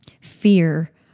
fear